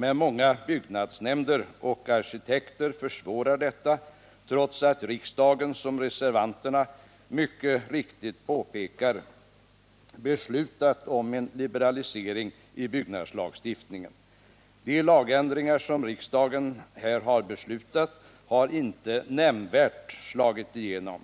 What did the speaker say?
Men många byggnadsnämnder och arkitekter försvårar detta, trots att riksdagen, som reservanterna mycket riktigt påpekar, beslutat om en liberalisering i byggnadslagstiftningen. De lagändringar som riksdagen här har beslutat har inte nämnvärt slagit igenom.